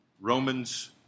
Romans